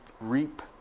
reap